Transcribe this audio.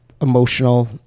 emotional